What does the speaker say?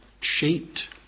shaped